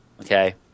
Okay